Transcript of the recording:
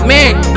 Man